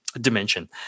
dimension